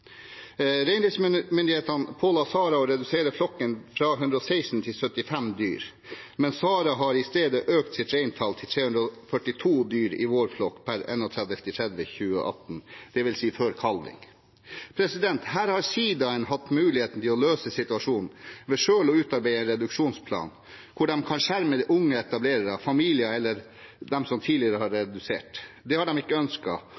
Reindriftsmyndighetene påla Jovsset Ánte Sara å redusere flokken fra 1l6 til 75 dyr, men Sara har per 31. mars 2018 i stedet økt sitt reintall til 342 dyr i vårflokk, dvs. før kalving. Her har sidaen hatt muligheten til å løse situasjonen ved selv å utarbeide en reduksjonsplan der de kan skjerme unge etablerte familier eller dem som tidligere har redusert. Det har de ikke